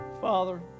Father